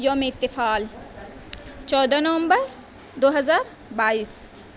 یوم اطفال چودہ نومبر دو ہزار بائیس